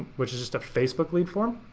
which is just a facebook lead form.